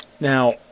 Now